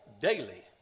daily